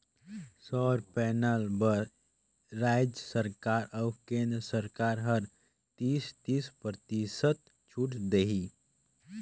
सउर पैनल बर रायज सरकार अउ केन्द्र सरकार हर तीस, तीस परतिसत छूत देही